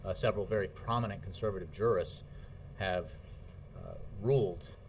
ah several very prominent conservative jurists have ruled